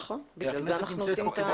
נכון, בגלל זה אנחנו עושים את הדיון.